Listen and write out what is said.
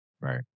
Right